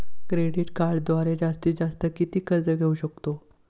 Credit कार्डवर जास्तीत जास्त किती कर्ज घेऊ शकतो?